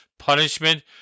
punishment